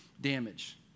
damage